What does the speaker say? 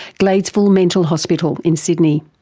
gladesville mental hospital in sydney.